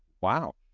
Wow